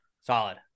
Solid